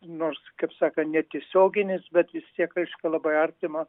nors kaip sakan netiesioginis bet vis tiek reiškia labai artimas